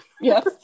Yes